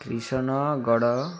Kishangarh